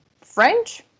French